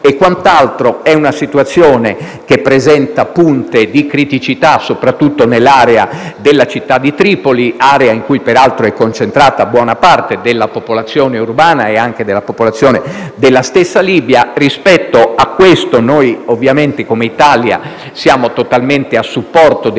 e quant'altro. È una situazione che presenta punte di criticità, soprattutto nell'area della città di Tripoli, area in cui peraltro è concentrata buona parte della popolazione urbana e della popolazione della stessa Libia. Rispetto a questo noi come Italia, siamo totalmente a supporto degli